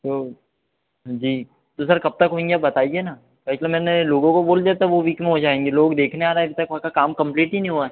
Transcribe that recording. तो जी तो सर कब तक होएंगे आप बताइए ना काहे कि मैंने लोगों को बोल दिया था वो वीक में हो जाएंगे लोग देखने आ रहे अभी तक वहाँ का काम कम्प्लीट ही नहीं हुआ है